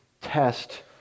test